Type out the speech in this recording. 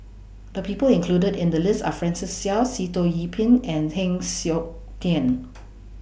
The People included in The list Are Francis Seow Sitoh Yih Pin and Heng Siok Tian